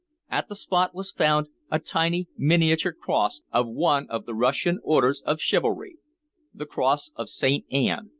at the spot was found a tiny miniature cross of one of the russian orders of chivalry the cross of saint anne.